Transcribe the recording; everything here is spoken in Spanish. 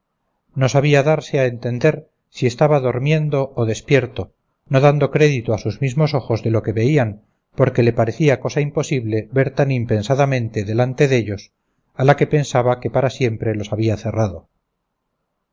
no sabía darse a entender si estaba dormiendo o despierto no dando crédito a sus mismos ojos de lo que veían porque le parecía cosa imposible ver tan impensadamente delante dellos a la que pensaba que para siempre los había cerrado